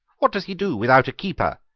what does he do without a keeper?